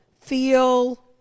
feel